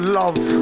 love